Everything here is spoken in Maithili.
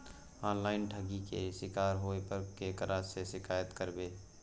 ऑनलाइन ठगी के शिकार होय पर केकरा से शिकायत करबै?